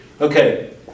Okay